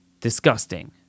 disgusting